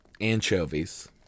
Anchovies